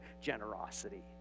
generosity